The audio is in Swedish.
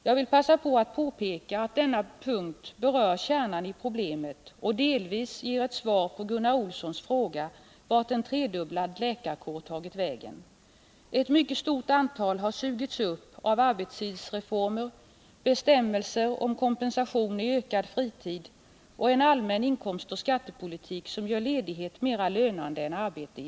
Jag vill passa på att påpeka att denna punkt berör kärnan i problemet och delvis ger svar på Gunnar Olssons fråga vart en tredubblad läkarkår tagit vägen. Ett mycket stort antal har sugits upp av arbetstidsreformer, bestämmelser om kompensation i ökad fritid och en allmän inkomstoch skattepolitik som i vissa fall gör ledighet mera lönande än arbete.